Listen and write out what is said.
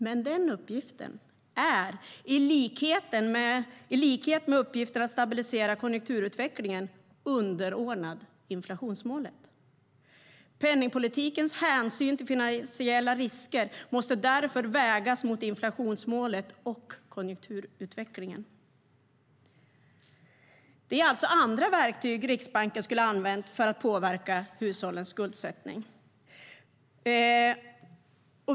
Men den uppgiften är, i likhet med uppgiften att stabilisera konjunkturutvecklingen, underordnad inflationsmålet. Penningpolitikens hänsyn till finansiella risker måste därför vägas mot inflationsmålet och konjunkturutvecklingen. Riksbanken skulle alltså ha använt andra verktyg för att påverka hushållens skuldsättning.